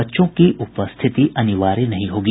बच्चों की उपस्थिति अनिवार्य नहीं होगी